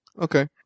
Okay